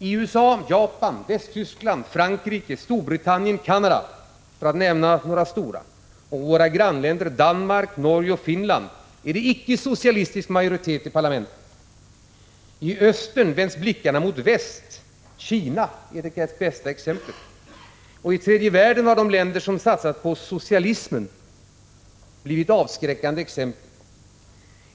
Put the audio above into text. USA, Japan, Västtyskland, Frankrike, Storbritannien, Canada — för att nämna några stora länder — och i våra grannländer Danmark, Norge och Finland är det icke-socialistisk majoritet i parlamenten. I östern vänds blickarna mot väst; Kina är det bästa exemplet. I tredje världen har de länder som satsade på socialismen blivit avskräckande exempel.